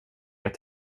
ett